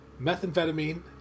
methamphetamine